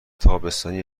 تابستانی